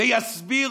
ויסביר